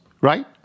right